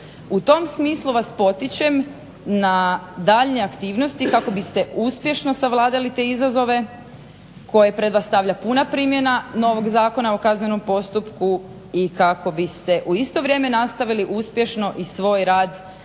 U tom smislu vas potičem na daljnje aktivnosti kako biste uspješno savladali te izazove koje pred vas stavlja puna primjena novog zakona o kaznenom postupku, i kako biste u isto vrijeme nastavili uspješno i svoj rad i